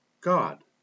God